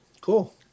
Cool